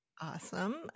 Awesome